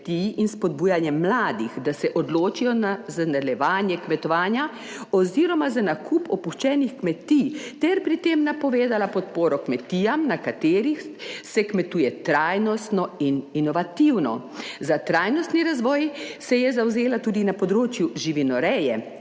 in spodbujanje mladih, da se odločijo za nadaljevanje kmetovanja oziroma za nakup opuščenih kmetij ter pri tem napovedala podporo kmetijam, na katerih se kmetuje trajnostno in inovativno. Za trajnostni razvoj se je zavzela tudi na področju živinoreje,